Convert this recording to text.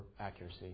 accuracy